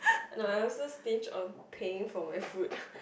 no I also stinge on paying for my food